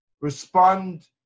respond